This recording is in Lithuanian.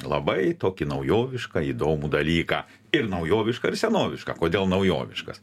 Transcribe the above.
labai tokį naujovišką įdomų dalyką ir naujovišką ir senovišką kodėl naujoviškas